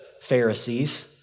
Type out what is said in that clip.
Pharisees